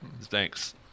Thanks